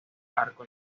arco